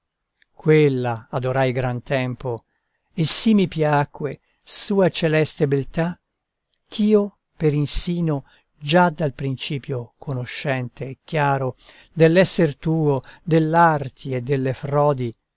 quella adorai gran tempo e sì mi piacque sua celeste beltà ch'io per insino già dal principio conoscente e chiaro dell'esser tuo dell'arti e delle frodi